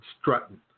strutting